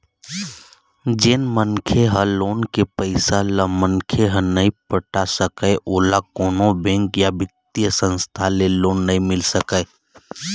जेन मनखे ह लोन के पइसा ल मनखे ह नइ पटा सकय ओला कोनो बेंक या बित्तीय संस्था ले लोन नइ मिल सकय